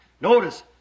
notice